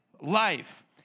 life